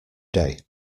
day